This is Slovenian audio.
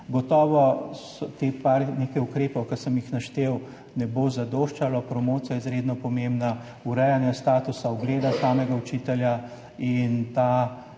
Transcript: Gotovo teh nekaj ukrepov, ki sem jih naštel, ne bo zadoščalo. Promocija je izredno pomembna, urejanje statusa, ugleda samega učitelja. In ta